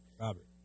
Robert